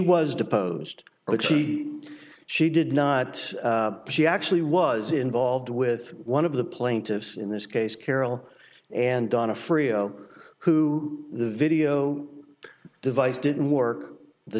was deposed but she she did not she actually was involved with one of the plaintiffs in this case carol and donna fria who the video device didn't work the